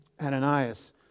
Ananias